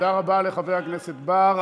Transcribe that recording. תודה רבה לחבר הכנסת בר.